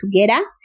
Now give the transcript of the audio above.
together